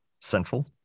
central